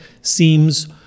seems